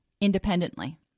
independently